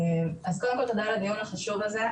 אז קודם כל תודה על הדיון החשוב הזה.